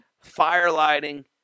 fire-lighting